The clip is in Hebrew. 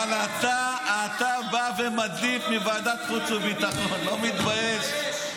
אבל אתה בא ומדליף מוועדת חוץ וביטחון, לא מתבייש.